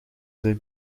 zijn